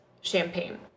champagne